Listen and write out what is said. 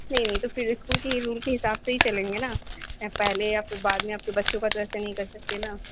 نہیں نہیں تو پھر اسکول کے ہی رول کے حساب سے ہی چلیں گے نا پہلے یا پھر بعد میں آپ کے بچوں کا تو ایسا نہیں کر سکتے ہیں نا